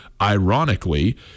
ironically